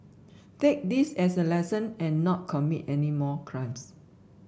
take this as a lesson and not commit any more crimes